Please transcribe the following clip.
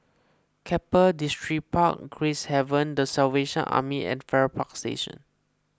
Keppel Distripark Gracehaven the Salvation Army and Farrer Park Station